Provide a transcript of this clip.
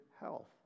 health